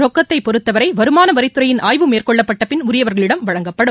ரொக்கத்தை பொறுத்தவரை வருமானவரித்துறையின் ஆய்வு மேற்கொள்ளப்பட்டபின் உரியவர்களிடம் வழங்கப்படும்